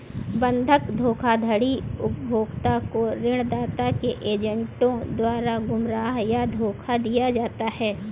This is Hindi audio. बंधक धोखाधड़ी उपभोक्ता को ऋणदाता के एजेंटों द्वारा गुमराह या धोखा दिया जाता है